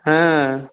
হ্যাঁ